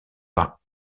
pas